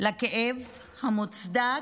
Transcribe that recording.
לכאב המוצדק,